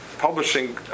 publishing